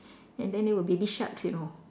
and then there were baby sharks you know